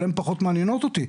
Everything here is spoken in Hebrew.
אבל הן פחות מעניינות אותי,